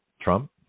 Trump